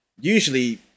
usually